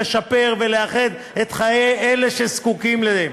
לשפר ולאחד את חיי אלה שזקוקים להם.